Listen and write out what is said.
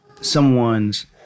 someone's